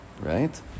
right